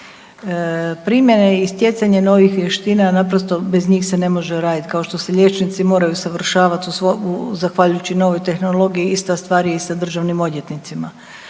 Primjene i stjecanje novih vještina, naprosto, bez njih se ne može raditi, kao što se liječnici moraju usavršavati u, zahvaljujući novoj tehnologiji, ista stvar je i sa državnim odvjetnicima.